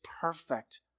perfect